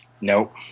Nope